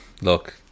Look